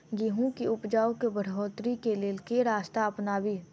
गेंहूँ केँ उपजाउ केँ बढ़ोतरी केँ लेल केँ रास्ता अपनाबी?